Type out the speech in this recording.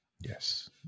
Yes